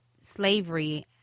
slavery